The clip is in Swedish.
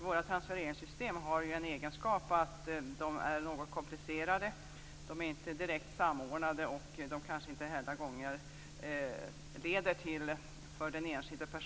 Våra transfereringssystem har egenskapen att de är något komplicerade. De är inte direkt samordnade och leder kanske inte heller alla gånger till det bästa resultatet för den enskilde.